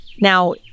now